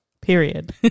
period